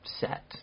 set